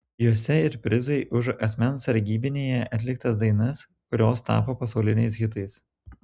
juose ir prizai už asmens sargybinyje atliktas dainas kurios tapo pasauliniais hitais